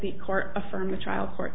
the court affirm the trial court